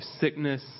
sickness